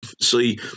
see